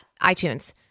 iTunes